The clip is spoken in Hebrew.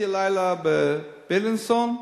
הלילה הייתי ב"בילינסון"